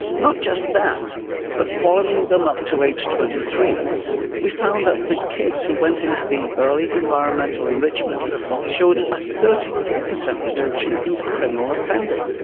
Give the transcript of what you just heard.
not just that but following them up to age twenty three we found that the kids who went in to the early environmental enrichment showed a thirty four per cent reduction in criminal offending.